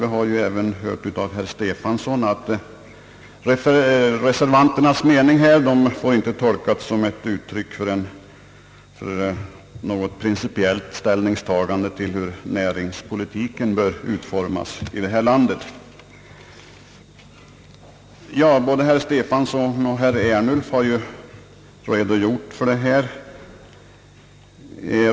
Vi har ju också hört av herr Stefanson att reservanternas mening inte får tolkas som ett uttryck för ett principiellt ställningstagande till hur näringspolitiken i detta land bör utformas. I övrigt har både herr Stefanson och herr Ernulf redogjort för ärendet.